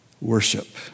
worship